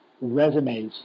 resumes